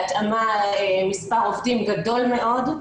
בהתאמה יש מספר עובדים גדול מאוד,